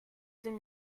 deux